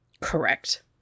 Correct